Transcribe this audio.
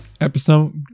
episode